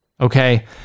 okay